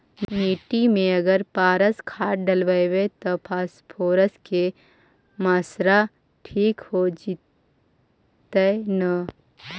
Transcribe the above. मिट्टी में अगर पारस खाद डालबै त फास्फोरस के माऋआ ठिक हो जितै न?